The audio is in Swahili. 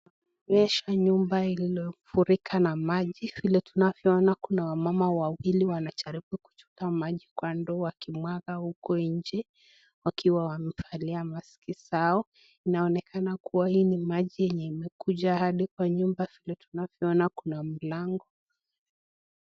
Tunaonyeshwa nyumba iliyofurika na maji. Vile tunavyoona kuna wamama wawili wanajaribu kuchota maji kwa ndoo wakimwaga huko nje wakiwa wamevaa mask zao. Inaonekana kuwa hii ni maji yenye imekuja hadi kwa nyumba vile tunavyoona kuna mlango.